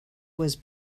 was